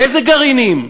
איזה גרעינים?